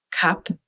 cup